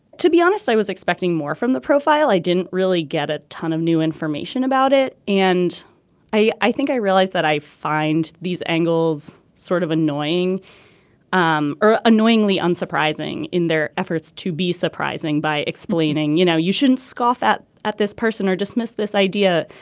to be honest i was expecting more from the profile i didn't really get a ton of new information about it and i i think i realized that i find these angles sort of annoying um or annoyingly unsurprising in their efforts to be surprising by explaining you know you shouldn't scoff at at this person or dismiss this idea.